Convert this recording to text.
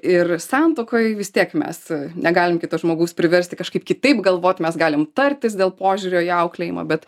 ir santuokoj vis tiek mes negalim kito žmogaus priversti kažkaip kitaip galvot mes galim tartis dėl požiūrio į auklėjimą bet